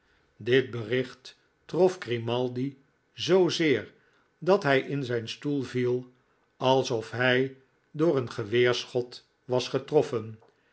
dit bericht trof g rimaldi zoozeer dat hij in zijn stoel viel alsof hh door een geweerschot was getroffen